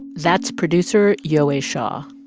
that's producer yowei shaw.